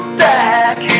back